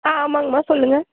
ஆ ஆமாங்கம்மா சொல்லுங்க